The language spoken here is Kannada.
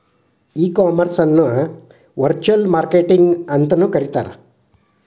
ಈ ಕಾಮರ್ಸ್ ಅನ್ನ ವರ್ಚುಅಲ್ ಮಾರ್ಕೆಟಿಂಗ್ ಅಂತನು ಕರೇತಾರ